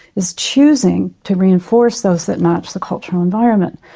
it's choosing to reinforce those that match the cultural environment,